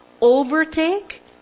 overtake